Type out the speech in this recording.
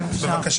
אפרת.